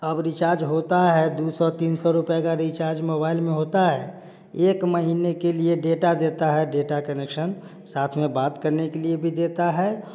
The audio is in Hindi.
अब रिचार्ज होता है दो सौ तीन सौ रुपए का रिचार्ज मोबाइल में होता है एक महीने के लिए डेटा देता है डेटा कनेक्शन साथ में बात करने के लिए भी देता है